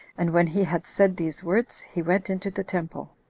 and when he had said these words, he went into the temple.